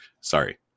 sorry